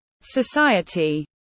society